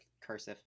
cursive